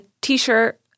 T-shirt